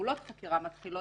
פעולות החקירה מתחילות